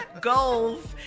Goals